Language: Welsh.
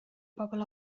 bobl